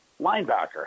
linebacker